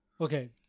Okay